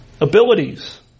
abilities